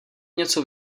něco